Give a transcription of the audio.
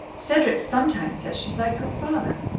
cedric sometimes says she's like your father.